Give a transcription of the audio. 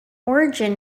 origin